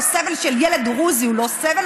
או סבל של ילד דרוזי הוא לא סבל?